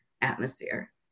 atmosphere